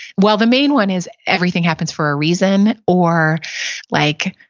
well the main one is, everything happens for a reason, or like,